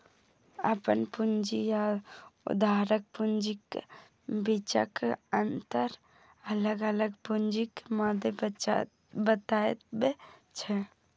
अपन पूंजी आ उधारक पूंजीक बीचक अंतर अलग अलग पूंजीक मादे बतबै छै